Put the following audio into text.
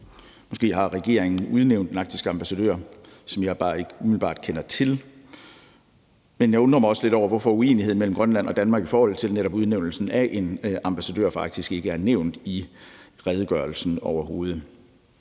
Måske har regeringen udnævnt en arktisk ambassadør, som jeg bare ikke umiddelbart kender til. Men jeg undrer mig også lidt over, hvorfor uenigheden mellem Grønland og Danmark i forhold til netop udnævnelsen af en ambassadør for Arktis ikke er nævnt i redegørelsen overhovedet.